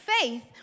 faith